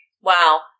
Wow